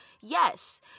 yes